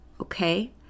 Okay